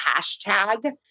hashtag